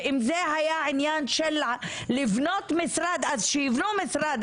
ואם זה היה העניין של לבנות משרד אז שיבנו משרד,